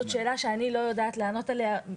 זו שאלה שאני לא יודעת לענות עליה.